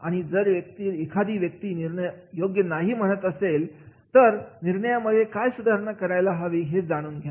आणि जर ही व्यक्ती निर्णय योग्य नाही असं म्हणत असेल तर घेतलेल्या निर्णयांमध्ये काय सुधारणा करायला हवी हे जाणून घ्या